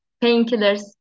painkillers